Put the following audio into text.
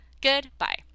Goodbye